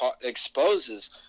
exposes